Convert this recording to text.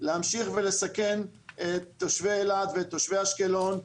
להמשיך ולסכן את תושבי אילת ואת תושבי אשקלון.